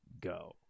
Go